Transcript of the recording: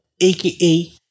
AKA